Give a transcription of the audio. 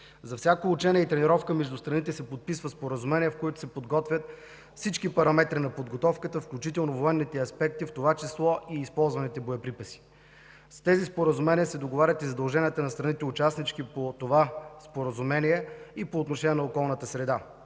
За всяко учение и тренировка между страните се подписват споразумения, в които се подготвят всички параметри на подготовката, включително военните аспекти, в това число и използваните боеприпаси. С тези споразумения се договарят и задълженията на страните – участнички по това Споразумение, и по отношение на околната среда.